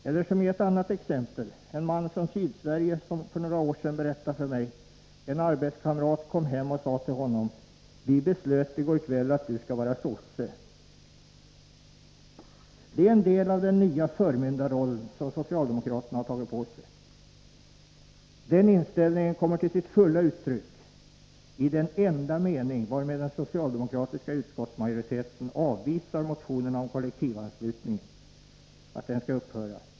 Jag kan ta ett annat exempel: En man från Sydsverige berättade för mig för några år sedan följande. En arbetskamrat kom och sade till honom: ”Vi beslöt i går kväll att du ska vara sosse.” Jag har här gett en del exempel på den nya förmyndarroll som socialdemokraterna har tagit på sig. Den här inställningen kommer fullt till uttryck i den enda mening varmed den socialdemokratiska utskottsmajoriteten avvisar motionerna om att kollektivanslutningen skall upphöra.